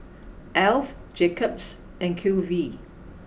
Alf Jacob's and Q V